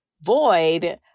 void